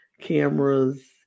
cameras